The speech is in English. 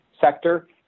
sector